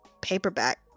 paperback